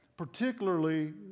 particularly